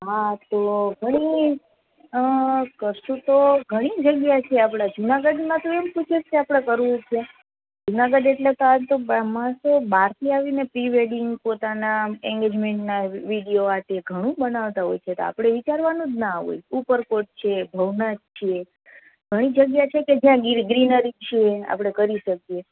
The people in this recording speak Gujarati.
હા તો કરશું તો ઘણી જગ્યા છે આપણા જૂનાગઢમાં તું એમ પૂછે છ કે આપણે કરવું છે જૂનાગઢ એટલે માણસો બારથી આવીને પ્રિવેડિંગ પોતાનાં એન્ગેજમેન્ટનાં વિડીયો આ તે ઘણું બનાવતા હોય છે તો આપણે વિચારવાનું જ ના હોય ઉપરકોટ છે ભવનાથ છે ઘણી જગ્યા છે કે જ્યાં ગ્રીનરી છે આપણે કરી સકીયે